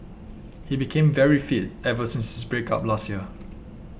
he became very fit ever since his break up last year